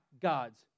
God's